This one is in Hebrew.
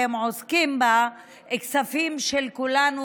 והן עוסקות בכספים של כולנו,